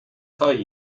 tell